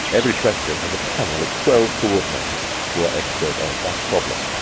every question has a panel of twelve co-ordinators who are expert on that problem.